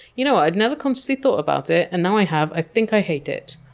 you know, i'd never consciously thought about it and now i have. i think i hate it.